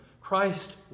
Christ